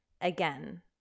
Again